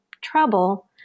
trouble